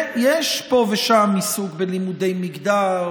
יש פה ושם עיסוק בלימודי מגדר,